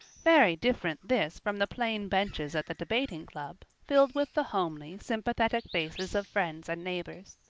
very different this from the plain benches at the debating club, filled with the homely, sympathetic faces of friends and neighbors.